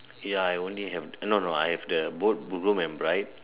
ya I only have the no no I have the both the both groom and bride